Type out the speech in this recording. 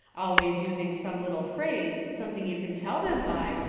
always using some little phrase, something you can tell them by,